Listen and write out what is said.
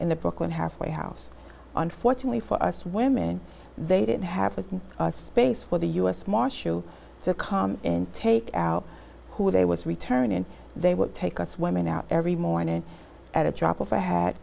in the brooklyn halfway house unfortunately for us women they didn't have the space for the u s marshal to come in take out who they would return and they would take us women out every morning at a drop of a hat